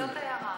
זאת ההערה.